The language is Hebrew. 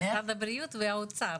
משרד הבריאות והאוצר.